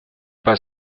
pas